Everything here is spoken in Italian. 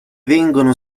vengono